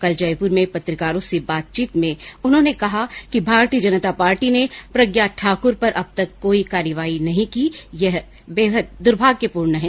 कल जयपुर में पत्रकारों से बातचीत में उन्होंने कहा कि भारतीय जनता पार्टी ने प्रज्ञा ठाक्र पर अब तक कोई कार्यवाही नहीं की यह बेहद दुर्भाग्यपूर्ण है